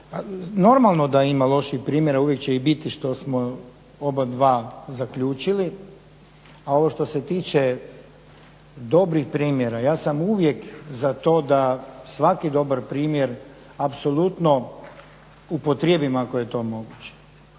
Normalno da ima loših primjera, uvijek će i biti što smo obadva zaključili. A ovo što se tiče dobrih primjera, ja sam uvijek za to da svaki dobar primjer apsolutno upotrijebimo ako je to moguće.